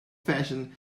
fashioned